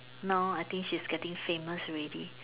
now I think she's getting famous already